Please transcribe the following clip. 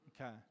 Okay